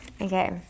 Okay